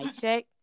check